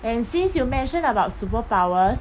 and since you mentioned about superpowers